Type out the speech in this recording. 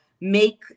make